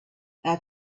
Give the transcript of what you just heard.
our